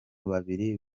babiri